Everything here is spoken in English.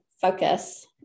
focus